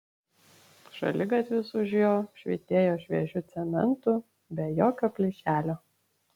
šaligatvis už jo švytėjo šviežiu cementu be jokio plyšelio